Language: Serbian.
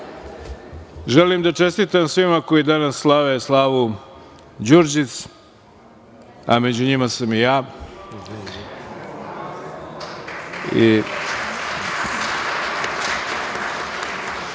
želim da čestitam svima koji danas slave slavu Đurđic, a među njima sam i ja